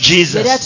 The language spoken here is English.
Jesus